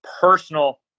personal